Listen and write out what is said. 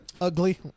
Ugly